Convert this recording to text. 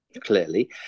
clearly